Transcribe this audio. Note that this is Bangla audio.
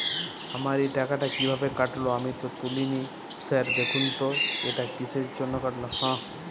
আমার এই টাকাটা কীভাবে কাটল আমি তো তুলিনি স্যার দেখুন তো এটা কিসের জন্য কাটল?